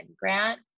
grant